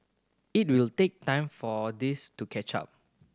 it will take time for this to catch up